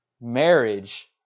Marriage